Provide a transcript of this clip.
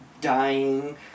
dying